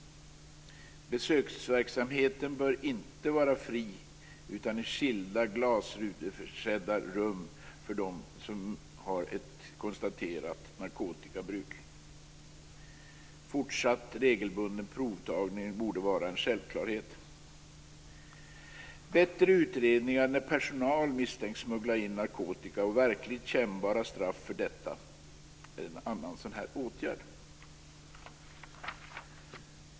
Besöksverksamheten bör inte vara fri utan ske i skilda glasruteförsedda rum för dem som har ett konstaterat narkotikabruk. Fortsatt regelbunden provtagning borde vara en självklarhet. Bättre utredningar när personal misstänks smuggla in narkotika och verkligt kännbara straff för detta är en annan åtgärd.